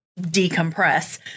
decompress